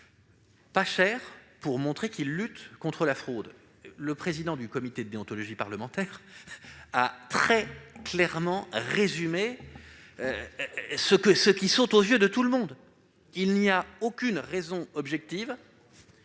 modique, pour montrer qu'ils luttent contre la fraude. Le président du Comité de déontologie parlementaire a très clairement résumé ce qui saute aux yeux de tout le monde : il n'y a aucune raison objective